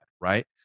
Right